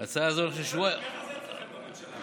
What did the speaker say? ההצעה הזאת, זה בסדר, ככה זה אצלכם בממשלה.